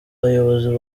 bayobozi